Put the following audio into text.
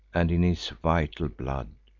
and in his vital blood.